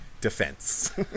defense